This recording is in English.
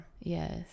Yes